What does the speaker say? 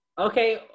Okay